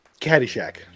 Caddyshack